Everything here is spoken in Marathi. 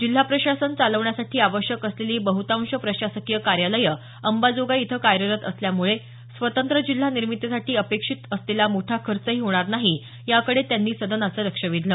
जिल्हा प्रशासन चालवण्यासाठी आवश्यक असलेली बह्तांश प्रशासकीय कार्यालयं अंबाजोगाई इथं कार्यरत असल्यामुळे स्वतंत्र जिल्हा निर्मितीसाठी अपेक्षित असलेला मोठा खर्चही होणार नाही याकडे त्यांनी सदनाचं लक्ष वेधलं